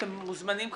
אתם מוזמנים כמובן,